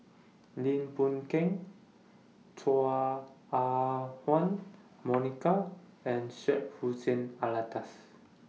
Lim Boon Keng Chua Ah Huwa Monica and Syed Hussein Alatas